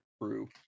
crew